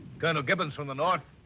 kind of gibbons from the north.